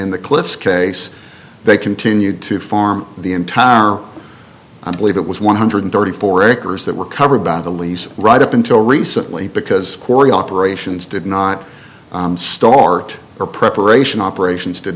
in the clips case they continued to farm the entire i believe it was one hundred thirty four acres that were covered by the lease right up until recently because correy operations did not start or preparation operations did